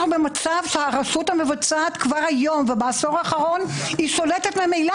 אנחנו במצב שהרשות המבצעת כבר היום ובעשור האחרון היא ממילא שולטת.